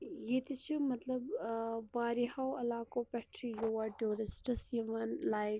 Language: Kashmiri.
ییٚتہ چھِ مطلب ٲں واریاہو عَلاقو پٮ۪ٹھ چھ یور ٹیٛورِسٹٕس یوان لایک